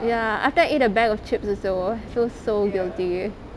ya after I eat a bag of chips also I feel so guilty